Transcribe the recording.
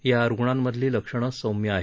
या रुग्णांमधली लक्षणं सौम्य आहेत